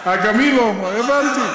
אה, גם היא לא אמרה, הבנתי.